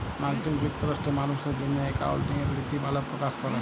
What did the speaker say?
মার্কিল যুক্তরাষ্ট্রে মালুসের জ্যনহে একাউল্টিংয়ের লিতিমালা পকাশ ক্যরে